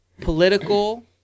political